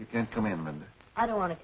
you can come in and i don't want to